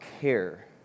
care